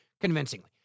convincingly